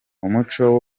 umuco